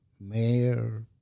mayor